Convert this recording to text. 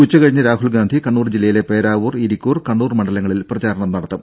ഉച്ചകഴിഞ്ഞ് രാഹുൽഗാന്ധി കണ്ണൂർ ജില്ലയിലെ പേരാവൂർ ഇരിക്കൂർ കണ്ണൂർ മണ്ഡലങ്ങളിൽ പ്രചാരണം നടത്തും